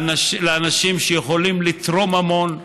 לאנשים שיכולים לתרום המון.